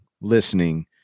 listening